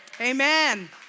Amen